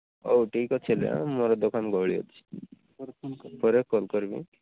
ହଉ ଠିକ୍ ଅଛି ହେଲେ ମୋର ଦୋକାନ ଗହଳି ଅଛି ପରେ କଲ୍ କରିବି